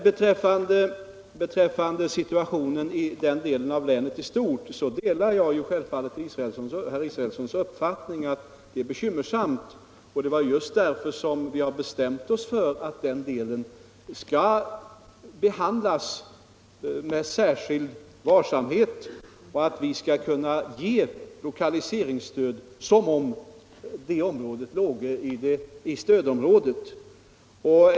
Beträffande situationen i den här delen av länet i stort delar jag självfallet herr Israelssons uppfattning att läget är bekymmersamt. Det är just därför vi har bestämt oss för att det området skall behandlas med särskild varsamhet. Vi skall kunna ge lokaliseringsstöd som om det låge i stödområdet.